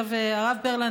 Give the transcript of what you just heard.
הרב ברלנד,